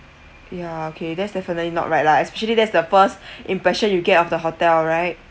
ya okay that's definitely not right lah especially that's the first impression you get of the hotel right